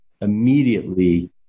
immediately